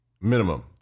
minimum